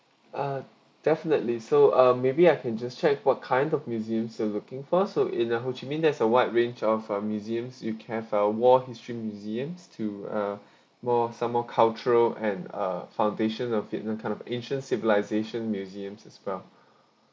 uh definitely so uh maybe I can just check what kind of museums you're looking for so in the ho chi minh there's a wide range of uh museums you can have a war history museums to uh more some more cultural and uh foundation of vietnam kind of ancient civilisation museums as well